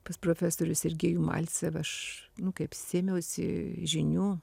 pas profesorių sergejų malseveš nu kaip sėmiausi žinių